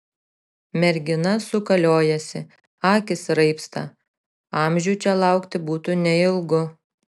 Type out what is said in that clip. mergina sukaliojasi akys raibsta amžių čia laukti būtų neilgu